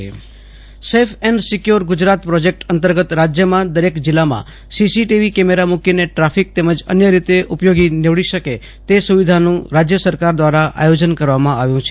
Ashutosh Antani Bhuj CCTV camera લોકાર્પણ safe and secure Gujarat project અતર્ગત રાજ્યમાં દરેક જીલ્લામાં સીસીટીવી કેમેરા મુકીને ટ્રાફિક તેમજ અન્ય રીતે ઉપયોગી નીવડી શકે તે સુવિધાનું રાજ્ય સરકાર દ્વારા આયોજન કરવામાં આવ્યું છે